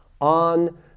on